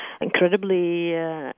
incredibly